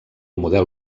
model